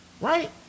right